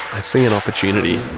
i see an opportunity.